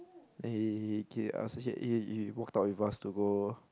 then he he he he ask he he he walk out with us to go